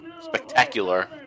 spectacular